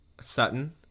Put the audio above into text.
Sutton